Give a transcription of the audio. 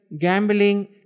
gambling